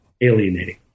alienating